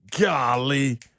Golly